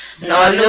nine